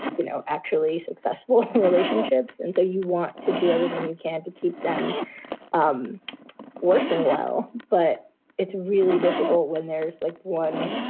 you know, actually successful relationships. and so you want to do everything you can to keep them um working working well. but it's really difficult when there's like one.